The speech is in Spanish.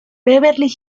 beverly